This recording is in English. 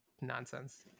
nonsense